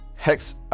hex